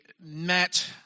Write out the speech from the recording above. met